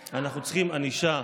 סליחה.